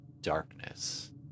darkness